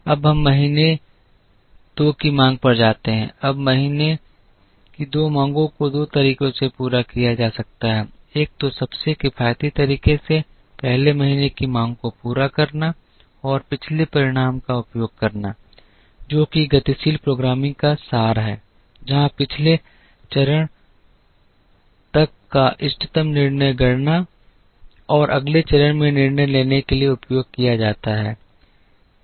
अब हम महीने दो की मांग पर जाते हैं अब महीने की दो माँगों को दो तरीकों से पूरा किया जा सकता है एक तो सबसे किफायती तरीके से पहले महीने की माँग को पूरा करना और पिछले परिणाम का उपयोग करना जो कि गतिशील प्रोग्रामिंग का सार है जहां पिछले चरण तक का इष्टतम निर्णय गणना और अगले चरण में निर्णय लेने के लिए उपयोग किया जाता है